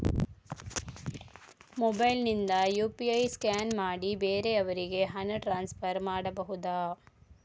Mobile ನಿಂದ UPI scan ಮಾಡಿ ಬೇರೆಯವರಿಗೆ ಹಣ ಟ್ರಾನ್ಸ್ಫರ್ ಮಾಡಬಹುದ?